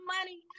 money